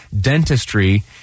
dentistry